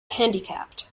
handicapped